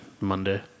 Monday